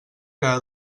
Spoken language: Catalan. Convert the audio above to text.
cada